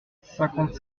cinquante